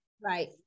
right